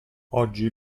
oggi